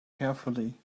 carefully